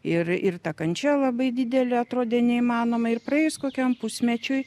ir ir ta kančia labai didelė atrodė neįmanoma ir praėjus kokiam pusmečiui